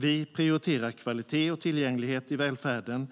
Vi prioriterar kvalitet och tillgänglighet i välfärden